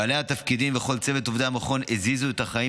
בעלי התפקידים וכל צוות עובדי המכון הזיזו את החיים